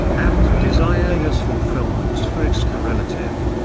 and desire has fulfilment for its correlative.